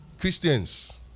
Christians